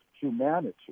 humanity